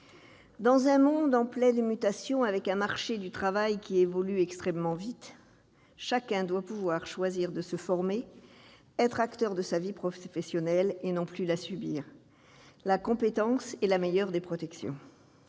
dans un monde en pleine mutation, avec un marché du travail qui évolue extrêmement vite, chacun doit pouvoir choisir de se former, être acteur de sa vie professionnelle et non plus la subir. La compétence est la meilleure des protections.